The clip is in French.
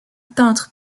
peintre